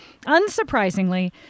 unsurprisingly